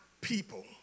people